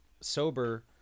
sober